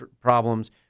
problems